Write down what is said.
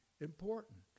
important